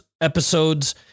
episodes